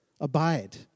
abide